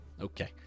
okay